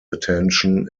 attention